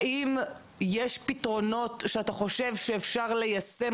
האם יש פתרונות שאתה חושב שאפשר ליישם